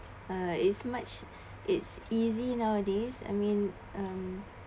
uh it's much it's easy nowadays I mean um